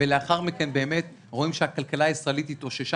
ולאחר מכן באמת רואים שהכלכלה הישראלית התאוששה.